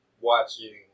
watching